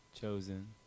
chosen